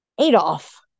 adolf